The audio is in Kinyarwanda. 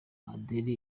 adele